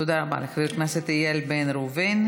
תודה רבה לחבר הכנסת איל בן ראובן.